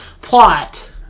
plot